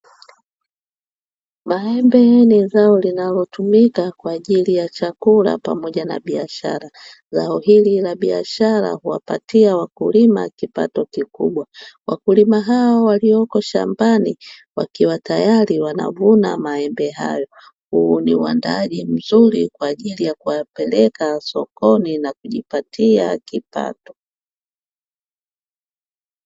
Maembe ni zao linalotumika kwa ajili ya chakula pamoja na biashara. Zao hili la biashara huwapatia wakulima kipato kikubwa. Wakulima hao waliopo shambani, wakiwa tayari wanavuna maembe hayo. Huu ni uandaaji mzuri kwa ajili ya kuyapeleka sokoni na kujipatia kipato.